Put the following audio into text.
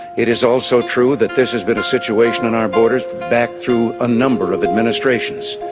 it is also true that this has been a situation in our borders back through a number of administrations.